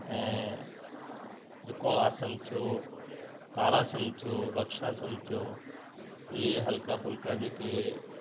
ऐं त्रिकोण आसन थियो ताड़ासन थियो वृक्षासन थियो इहा हल्का फ़ुल्का जेके